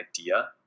idea